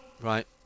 Right